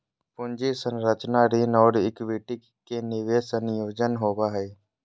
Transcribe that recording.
पूंजी संरचना ऋण और इक्विटी के विशेष संयोजन होवो हइ